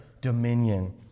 dominion